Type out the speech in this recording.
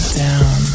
down